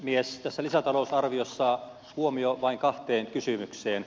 tässä lisätalousarviossa huomio vain kahteen kysymykseen